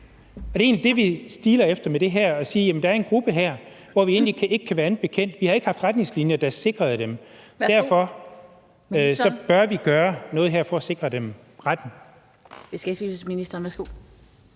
Og det er egentlig det, vi stiler efter med det her. Det er at sige: Jamen der er en gruppe her, hvor vi egentlig ikke kan være andet bekendt. Vi har ikke haft retningslinjer, der sikrede dem. Derfor bør vi gøre noget her for at sikre dem retten.